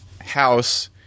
House